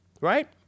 Right